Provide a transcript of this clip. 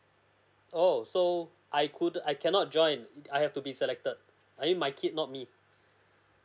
oh so I couldn't I cannot join I have to be selected I mean my kid not me